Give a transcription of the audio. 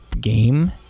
game